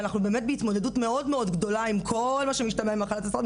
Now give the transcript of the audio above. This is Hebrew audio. ואנחנו באמת בהתמודדות מאוד גדולה עם כל מה שמשתמע עם מחלת הסרטן.